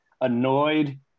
annoyed